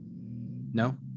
No